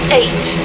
eight